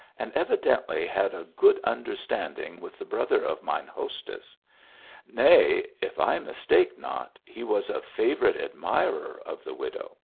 and, evidently, had a good understanding with the brother of mine hostess nay, if i mistake not, he was a favourite admirer of the widow.